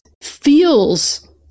feels